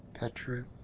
petru.